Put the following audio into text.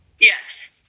Yes